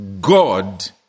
God